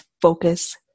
focus